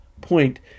point